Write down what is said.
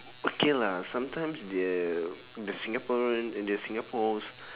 okay lah sometimes the the singaporean and the singapores